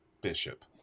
bishop